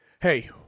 hey